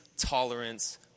tolerance